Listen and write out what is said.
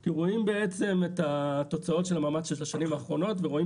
כי רואים בעצם את התוצאות של המאמץ של השנים האחרונות ורואים